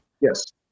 Yes